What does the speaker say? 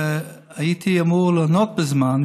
והייתי אמור לענות בזמן.